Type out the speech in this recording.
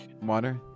water